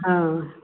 हा